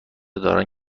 دارن